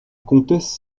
comtesse